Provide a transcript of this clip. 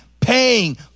paying